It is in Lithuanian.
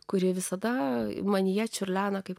kuri visada manyje čiurlena kaip